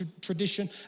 tradition